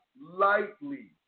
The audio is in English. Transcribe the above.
lightly